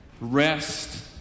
rest